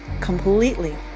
completely